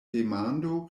demando